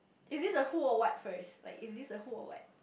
is this a who or what first like is this a who or what